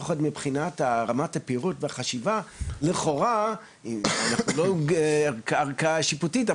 לפחות מבחינת רמת הפירוט והחשיבה לכאורה ואנחנו לא כארכה שיפוטית,